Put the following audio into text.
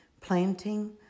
planting